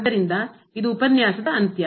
ಆದ್ದರಿಂದ ಇದು ಉಪನ್ಯಾಸದ ಅಂತ್ಯ